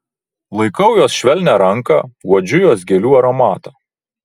laikau jos švelnią ranką uodžiu jos gėlių aromatą